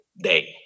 day